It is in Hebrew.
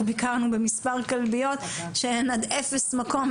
ביקרנו במספר כלביות שהן עד אפס מקום,